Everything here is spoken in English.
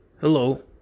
Hello